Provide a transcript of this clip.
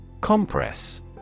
Compress